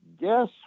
Guess